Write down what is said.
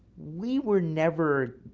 we were never